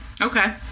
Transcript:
okay